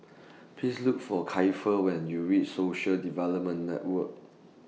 Please Look For Kiefer when YOU REACH Social Development Network